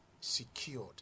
secured